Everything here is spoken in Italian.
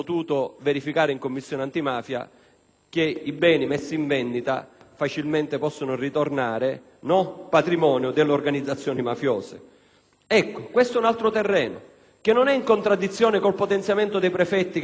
che i beni messi in vendita facilmente possono ritornare patrimonio delle organizzazioni mafiose. Ecco, questo è un altro terreno, che non è in contraddizione con il potenziamento dei prefetti per la gestione dei beni confiscati